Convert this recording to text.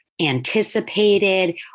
anticipated